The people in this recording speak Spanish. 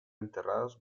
enterrados